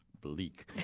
bleak